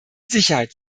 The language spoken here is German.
sicherheit